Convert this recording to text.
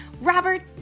Robert